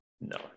No